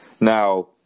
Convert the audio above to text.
Now